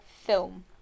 film